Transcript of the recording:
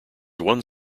one